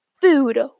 Food